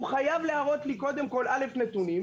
הוא חייב להראות לי קודם כול נתונים,